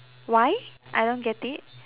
why I don't get it